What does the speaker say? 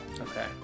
Okay